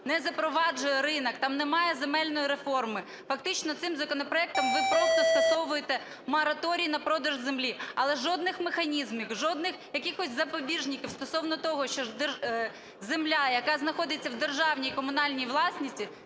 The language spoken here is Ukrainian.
не запроваджує ринок, там немає земельної реформи. Фактично цим законопроектом ви просто скасовуєте мораторій на продаж землі, але жодних механізмів, жодних якихось запобіжників стосовно того, що земля, яка знаходиться в державній і комунальній власності,